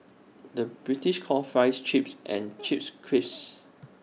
the British calls Fries Chips and Chips Crisps